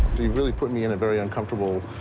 you've really put me in a very uncomfortable,